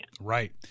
Right